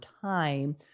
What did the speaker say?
time